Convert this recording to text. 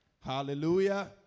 Hallelujah